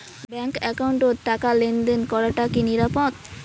Bank একাউন্টত টাকা লেনদেন করাটা কি নিরাপদ?